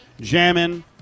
jamming